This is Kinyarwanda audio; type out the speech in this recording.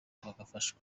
bakabafasha